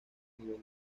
nivel